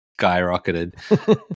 skyrocketed